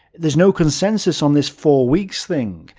there's no consensus on this four weeks thing.